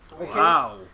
Wow